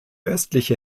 östliche